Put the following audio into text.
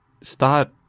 start